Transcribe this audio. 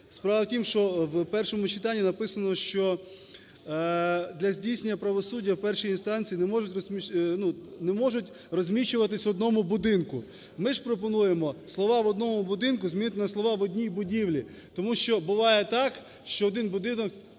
Справа в тім, що в першому читанні написано, що "для здійснення правосуддя в першій інстанції не можуть розміщуватись в одному будинку". Ми ж пропонуємо слова "в одному будинку" замінити на слова "в одній будівлі". Тому що буває так, що один будинок